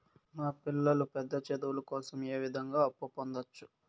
మా పిల్లలు పెద్ద చదువులు కోసం ఏ విధంగా అప్పు పొందొచ్చు?